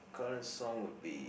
current song would be